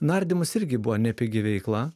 nardymas irgi buvo nepigi veikla